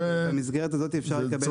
במסגרת הזאת אפשר לקבל את הפירוט.